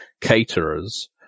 caterers